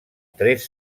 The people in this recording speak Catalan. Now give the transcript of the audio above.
tres